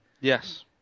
Yes